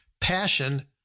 Passion